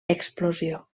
explosió